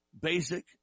basic